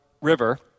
River